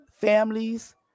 families